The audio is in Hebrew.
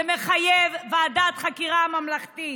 זה מחייב ועדת חקירה ממלכתית.